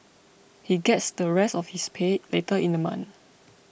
he gets the rest of his pay later in the month